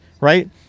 right